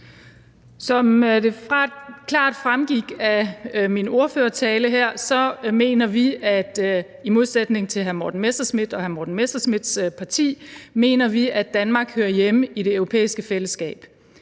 Som det klart fremgik af min ordførertale, mener vi, i modsætning til hr. Morten Messerschmidt og hr. Morten Messerschmidts parti, at Danmark hører hjemme i Det Europæiske Fællesskab.